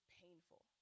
painful